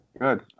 Good